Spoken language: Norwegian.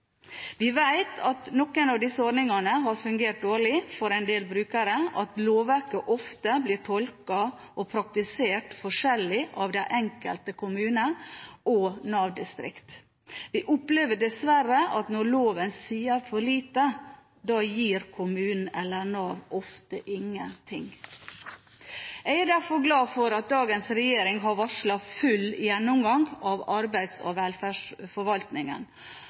Vi vet at noen av disse ordningene har fungert dårlig for en del brukere, og at lovverket ofte blir tolket og praktisert forskjellig av de enkelte kommuner og Nav-distrikt. Vi opplever dessverre at når loven sier for lite, gir kommunen eller Nav ofte ingen ting. Jeg er derfor glad for at dagens regjering har varslet full gjennomgang av arbeids- og velferdsforvaltningen,